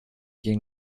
gegen